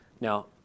Now